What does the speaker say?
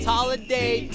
holiday